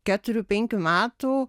keturių penkių metų